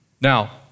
Now